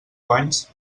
guanys